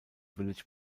village